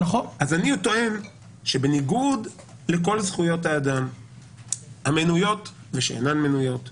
אני טוען שבניגוד לכל זכויות האדם המנויות ושאינן מנויות - הפוליטיות,